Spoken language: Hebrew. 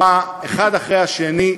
אחד אחרי השני,